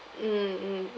mm mm mm